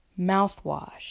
mouthwash